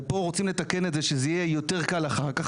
ופה רוצים לתקן את זה שזה יהיה יותר קל אחר כך,